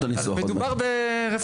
כן יוסף, בבקשה.